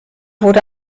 wurde